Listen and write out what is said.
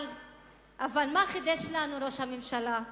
אבל מה חידש לנו ראש הממשלה?